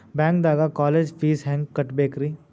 ಬ್ಯಾಂಕ್ದಾಗ college fees ಹೆಂಗ್ ಕಟ್ಟ್ಬೇಕ್ರಿ?